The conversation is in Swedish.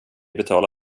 betala